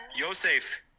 Yosef